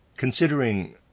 Considering